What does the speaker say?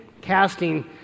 casting